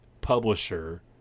publisher